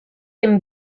and